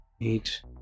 eight